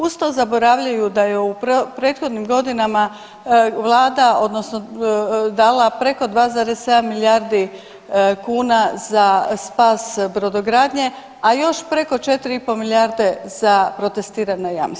Uz to zaboravljaju da je u prethodnim godinama Vlada odnosno dala preko 2,7 milijardi kuna za spas brodogradnje, a još preko 4,5 milijarde za protestirana jamstva.